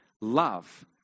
love